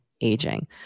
aging